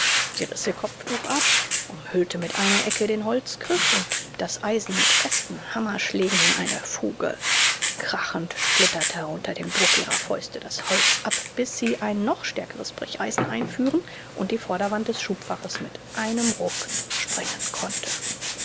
sie riß ihr kopftuch ab umhüllte mit einer ecke den holzgriff und trieb das eisen mit festen hammerschlägen in eine fuge krachend splitterte unter dem druck ihrer fäuste das holz ab bis sie ein noch stärkeres brecheisen einführen und die vorderwand des schubfaches mit einem ruck sprengen konnte